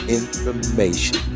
information